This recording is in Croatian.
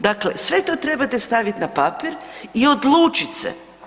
Dakle, sve to trebate staviti na papir i odlučiti se.